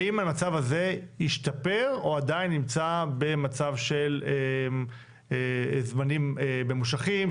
האם המצב הזה השתפר או עדיין נמצא במצב של זמנים ממושכים,